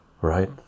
right